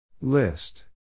List